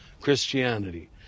Christianity